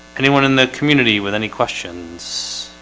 anyone in the community with any questions